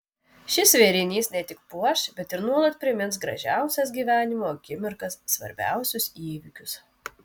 šis vėrinys ne tik puoš bet ir nuolat primins gražiausias gyvenimo akimirkas svarbiausius įvykius